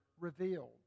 revealed